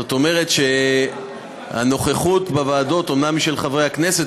זאת אומרת שהנוכחות בוועדות אומנם היא של חברי הכנסת,